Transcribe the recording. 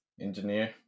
engineer